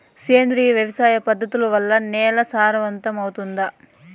సేంద్రియ వ్యవసాయ పద్ధతుల వల్ల, నేల సారవంతమౌతుందా?